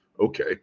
Okay